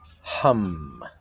hum